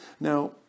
Now